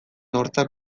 hortzak